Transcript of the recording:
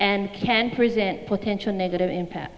and can present potential negative impact